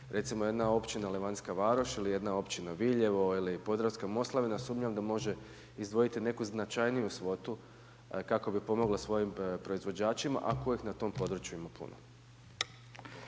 Recimo jedna općina Levantska Varoš ili jedna općina Viljevo ili Podravska Moslavina, sumnjam da može izdvojiti neku značajniju svotu kako bi pomogli svojim proizvođačima a kojih na tom području ima puno.